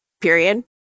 period